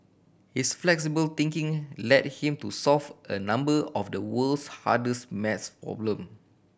his flexible thinking led him to solve a number of the world's hardest maths problem